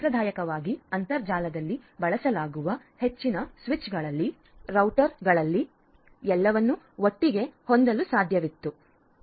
ಸಾಂಪ್ರದಾಯಿಕವಾಗಿ ಅಂತರ್ಜಾಲದಲ್ಲಿ ಬಳಸಲಾಗುವ ಹೆಚ್ಚಿನ ಸ್ವಿಚ್ಗಳಲ್ಲಿ ರೌಟರ್ಗಳಲ್ಲಿ ಎಲ್ಲವನ್ನೂ ಒಟ್ಟಿಗೆ ಹೊಂದಲು ಸಾಧ್ಯವಿತ್ತು